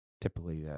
Typically